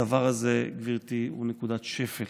הדבר הזה, גברתי, הוא נקודת שפל